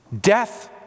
Death